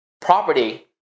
property